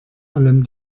allem